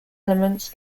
elements